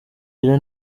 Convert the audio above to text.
gira